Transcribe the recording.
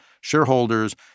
shareholders